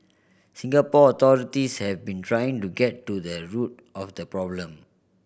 Singapore authorities have been trying to get to the root of the problem